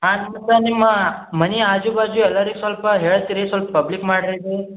ಹಾಂ ಸ್ವಲ್ಪ ನಿಮ್ಮ ಮನೆ ಆಜು ಬಾಜು ಎಲ್ಲರಿಗು ಸ್ವಲ್ಪ ಹೇಳ್ತಿರ ರೀ ಸೊಲ್ಪ ಪಬ್ಲಿಕ್ ಮಾಡ್ರಿ ಇದು